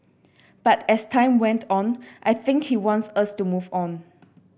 but as time went on I think he wants us to move on